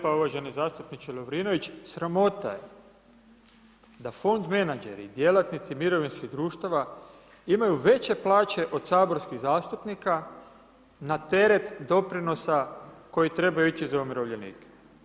Hvala lijepo uvaženi zastupniče Lovrinović, sramota je da fond menadžeri, djelatnici mirovinskih društava, imaju veće plaće od saborskih zastupnika na teret doprinosa koji trebaju ići za umirovljenike.